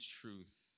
truth